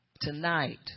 Tonight